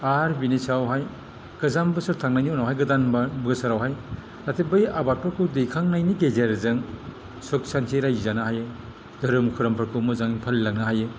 आरो बिनि सायावहाय गोजाम बोसोर थांनायनि उनावहाय गोदान बोसोरावहाय जाथे बै आबादफोरखौ दैखांनायनि गेजेरजों सुख सान्थियै रायजो जानो हायो धोरोम खोरोमफोरखौ मोजाङै फालिलांनो हायो